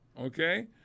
okay